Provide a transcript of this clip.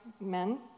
men